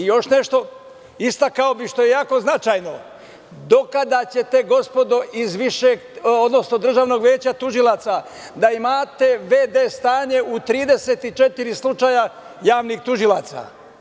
Još nešto, istakao bih, što je jako značajno, do kada ćete gospodo iz Državnog veća tužilaca da imate v.d. stanje u 34 slučaja javnih tužilaca?